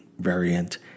variant